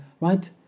right